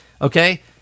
Okay